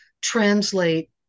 translate